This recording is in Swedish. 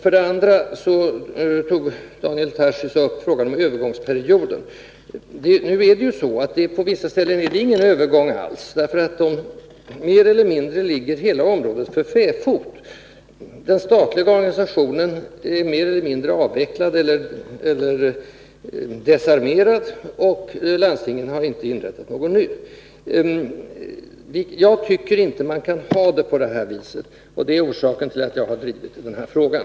Vidare tog Daniel Tarschys upp frågan om övergångsperioden. Nu är det ju så att det på vissa ställen inte är någon övergång alls. Hela området ligger mer eller mindre för fäfot. Den statliga organisationen är mer eller mindre avvecklad, eller desarmerad, och landstingen har inte inrättat någon ny. Jag tycker inte att det skall vara på det här viset. Det är orsaken till att jag har drivit den här frågan.